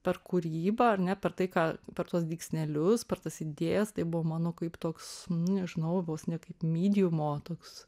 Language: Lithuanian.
per kūrybą ar ne per tai ką per tuos žingsnelius per tas idėjas tai buvo mano kaip toks nu nežinau vos ne kaip mydiumo toks